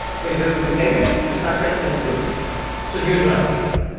when he says something negative, the stock price tends to go down so here's what i want to do.